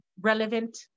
relevant